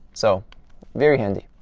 so very handy.